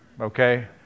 okay